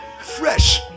fresh